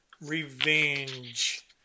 revenge